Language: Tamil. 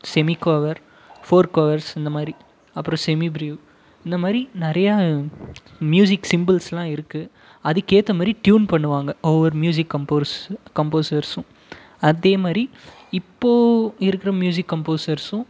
செமி கோவவர் ஃபோர் கோவவர்ஸ் இந்த மாதிரி அப்பறம் செமி பிரீயூவ் இந்த மாதிரி நிறையா மியூசிக் சிம்பள்ஸ்லாம் இருக்கு அதுக்கேற்ற மாதிரி ட்யூன் பண்ணுவாங்க ஒவ்வொரு மியூசிக் கம்போர்ஸ் கம்போஸர்ஸும் அதே மாதிரி இப்போது இருக்கிற மியூசிக் கம்போஸர்ஸும்